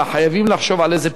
גם בזמנו זה